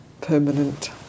permanent